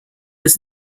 was